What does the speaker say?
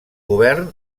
govern